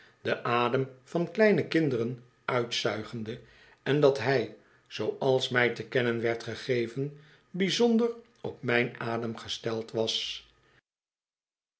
den adem van kleine kinderen uitzuigende en dat hij zooals mij te kennen werd gegeven bijzonder op mijn adem gesteld was